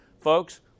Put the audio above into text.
Folks